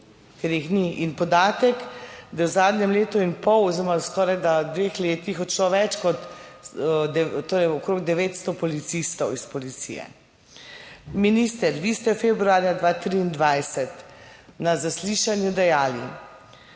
ker jih ni. In podatek, da je v zadnjem letu in pol oziroma skorajda dveh letih odšlo več kot torej okrog 900 policistov iz policije. Minister, vi ste februarja 2023 na zaslišanju dejali,